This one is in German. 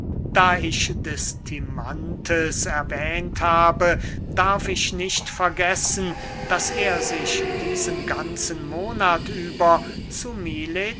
da ich des timanthes erwähnt habe darf ich nicht vergessen daß er sich diesen ganzen monat über zu milet